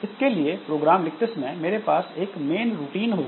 इसके लिए प्रोग्राम लिखते समय मेरे पास एक मेन रूटीन होगा